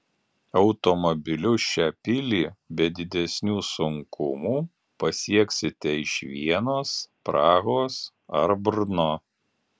automobiliu šią pilį be didesnių sunkumų pasieksite iš vienos prahos ar brno